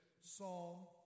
Psalm